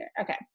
Okay